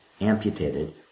amputated